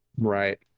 Right